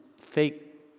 fake